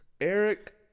Eric